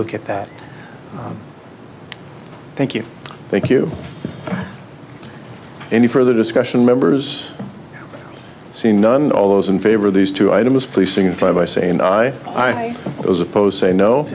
look at that thank you thank you any further discussion members seen none all those in favor of these two items policing in five us a and i was opposed say no